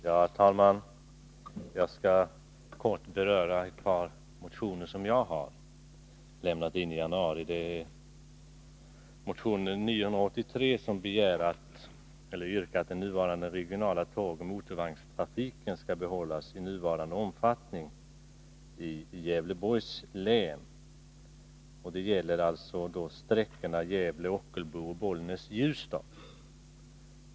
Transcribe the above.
Herr talman! Jag skall kort beröra ett par motioner som jag väckte i januari. I motion 983 har jag yrkat att den regionala tågoch motorvagnstrafiken i Gävleborgs län skall behållas i nuvarande omfattning. Det gäller då sträckorna Gävle-Ockelbo och Bollnäs-Ljusdal.